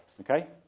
Okay